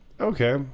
okay